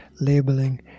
labeling